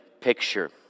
picture